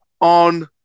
on